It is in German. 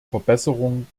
verbesserung